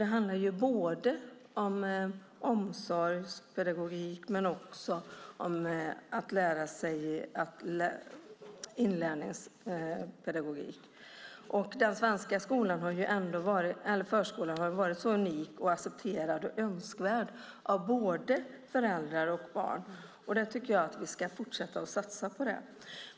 Det handlar ju både om omsorgspedagogik och om inlärningspedagogik. Den svenska förskolan har varit unik, accepterad och önskvärd hos både föräldrar och barn, och då tycker jag att vi ska fortsätta satsa på det.